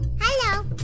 Hello